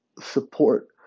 support